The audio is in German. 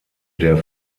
der